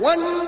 One